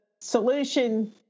solution